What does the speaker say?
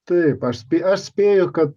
taip aš spė aš spėju kad